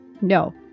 no